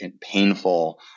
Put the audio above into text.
painful